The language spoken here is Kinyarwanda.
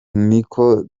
niko